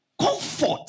comfort